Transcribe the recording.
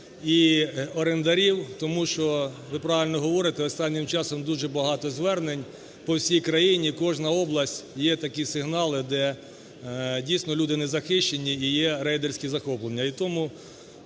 і орендарів. Тому що ви правильно говорите, останнім часом дуже багато звернень по всій країні, кожна область, є такі сигнали, де дійсно люди не захищені, і є рейдерські захоплення.